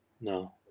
No